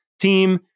team